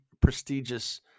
prestigious